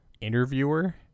interviewer